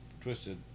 twisted